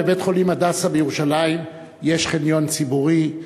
בבית-חולים "הדסה" בירושלים יש חניון ציבורי.